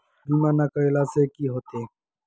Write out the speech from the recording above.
बीमा ना करेला से की होते?